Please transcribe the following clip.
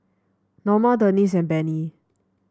Noma Denese and Bennie